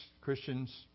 Christians